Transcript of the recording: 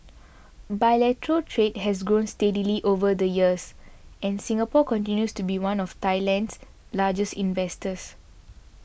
bilateral trade has grown steadily over the years and Singapore continues to be one of Thailand's largest investors